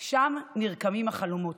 / שם נרקמים החלומות.